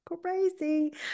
crazy